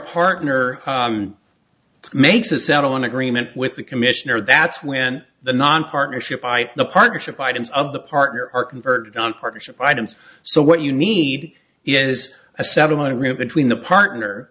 partner makes a settlement agreement with the commissioner that's when the non partnership by the partnership items of the partner are converted on partnership items so what you need is a settlement room between the partner